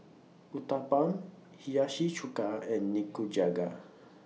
Uthapam Hiyashi Chuka and Nikujaga